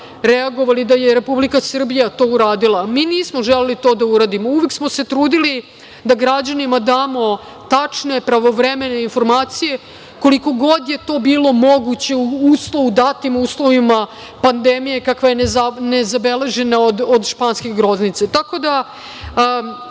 reagovali da je Republika Srbija to uradila? Mi nismo želeli to da uradimo. Uvek smo se trudili da građanima damo tačne, pravovremene informacije koliko god je to bilo moguće u datim uslovima pandemije kakva je nezabeležena od španske groznice. Tako